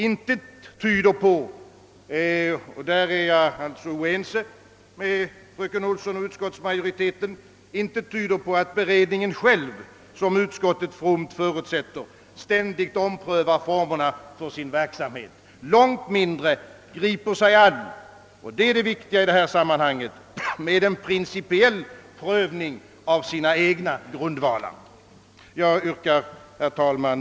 Intet tyder på — därvidlag är jag oense med fröken Olsson och utskottsmajoriteten — att beredningen själv, som utskottet fromt förutsätter, ständigt omprövar formerna för sin verksamhet, långt mindre griper sig an med det som är det viktiga i sammanhanget, nämligen en principiell prövning av grundvalarna för sitt arbete. Herr talman!